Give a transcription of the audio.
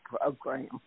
program